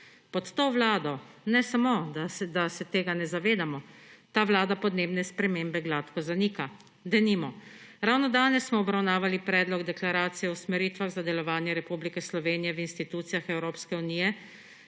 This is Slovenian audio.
pod to vlado ne zavedamo, ta vlada podnebne spremembe gladko zanika. Denimo, ravno danes smo obravnavali Predlog deklaracije o usmeritvah za delovanje Republike Slovenije v institucijah Evropske unije